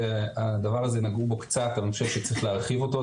ובדבר הזה נגעו בו קצת ואני חושב שצריך להרחיב אותו,